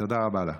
תודה רבה לך.